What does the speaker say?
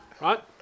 Right